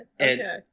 Okay